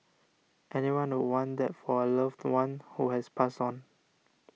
anyone would want that for a loved one who has passed on